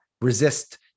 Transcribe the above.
resist